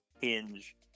Hinge